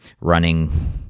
running